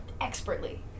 expertly